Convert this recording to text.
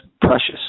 precious